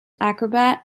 acrobat